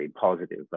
positive